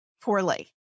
poorly